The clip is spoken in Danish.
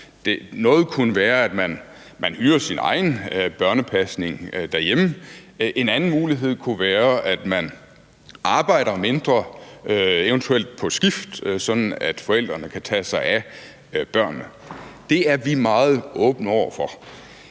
Noget kunne være, at man hyrer sin egen børnepasning derhjemme. En anden mulighed kunne være, at man arbejder mindre, eventuelt på skift, sådan at forældrene kan tage sig af børnene. Det er vi meget åbne over for.